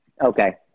Okay